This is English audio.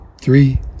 three